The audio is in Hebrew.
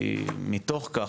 כי מתוך כך,